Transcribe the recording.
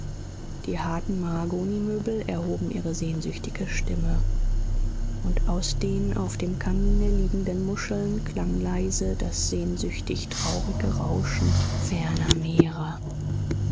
die harten mahagonimöbel erhoben ihre sehnsüchtige stimme und aus den auf dem kamine liegenden muscheln klang leise das sehnsüchtig traurige rauschen ferner meere